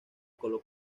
colo